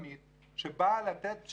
ולכן אין שום סיכוי שבן אדם יגיע מביתו